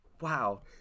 Wow